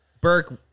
Burke